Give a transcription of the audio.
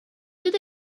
did